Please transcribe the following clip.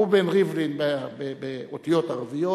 ראובן ריבלין באותיות ערביות,